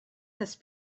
this